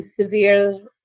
severe